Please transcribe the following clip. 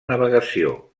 navegació